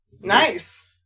Nice